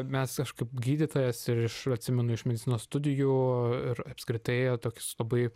mes kažkaip gydytojas ir aš atsimenu iš medicinos studijų ir apskritai toks labai